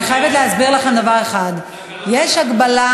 אני חייבת להסביר לכם דבר אחד: יש הגבלה